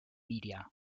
media